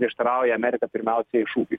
prieštarauja amerika pirmiausiai šūkiui